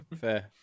Fair